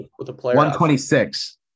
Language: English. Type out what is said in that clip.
126